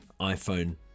iPhone